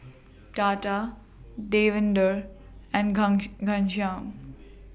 Tata Davinder and Ghanshyam